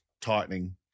tightening